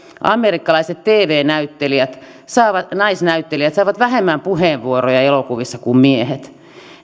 amerikkalaiset tv näyttelijät naisnäyttelijät saavat vähemmän puheenvuoroja elokuvissa kuin miehet